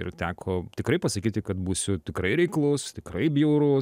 ir teko tikrai pasakyti kad būsiu tikrai reiklus tikrai bjaurus